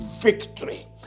victory